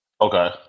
Okay